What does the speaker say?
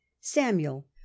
Samuel